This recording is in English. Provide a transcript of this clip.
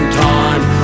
time